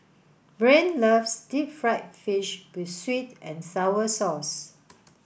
Brain loves deep fried fish with sweet and sour sauce